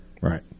Right